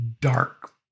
dark